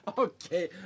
Okay